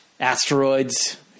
Asteroids